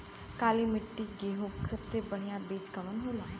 काली मिट्टी में गेहूँक सबसे बढ़िया बीज कवन होला?